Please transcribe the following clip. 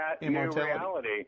immortality